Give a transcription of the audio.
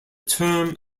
term